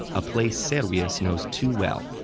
a place servius knows too well.